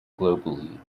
globally